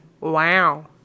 Wow